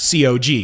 COG